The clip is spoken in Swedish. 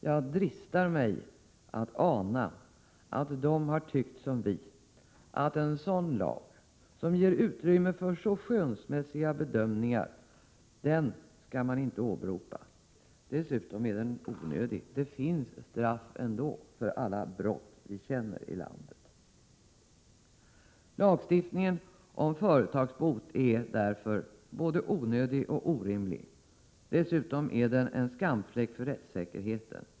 Jag dristar mig att tro att de har tyckt som vi, nämligen att en lag, som ger utrymme för så skönsmässiga bedömningar, inte skall åberopas. Dessutom är den onödig — det finns straff för alla brott vi känner i landet utan den. Lagstiftningen om företagsbot är alltså både onödig och orimlig. Dessutom är den en skamfläck för rättssäkerheten.